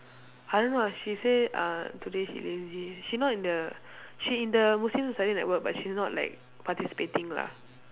I don't know ah she say uh today she lazy she not in the she in the muslim society network but she's not like participating lah